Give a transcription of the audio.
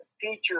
feature